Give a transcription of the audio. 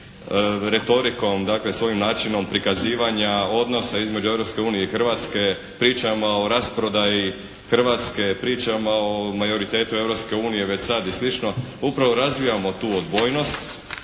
retorikom, dakle svojim načinom prikazivanja odnosa između Europske unije i Hrvatske pričama o rasprodaji Hrvatske, pričama o majoritetu Europske unije već sad i sl. upravo razvijamo tu odbojnost.